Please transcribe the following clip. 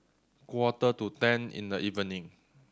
quarter to ten in the evening